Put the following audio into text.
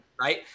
Right